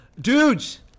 dudes